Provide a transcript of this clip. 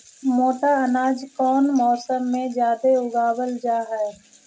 मोटा अनाज कौन मौसम में जादे उगावल जा हई?